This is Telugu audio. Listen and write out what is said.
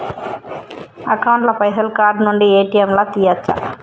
అకౌంట్ ల పైసల్ కార్డ్ నుండి ఏ.టి.ఎమ్ లా తియ్యచ్చా?